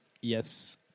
Yes